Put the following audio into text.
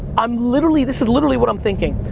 i'm literally, this is literally what i'm thinking.